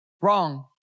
wrong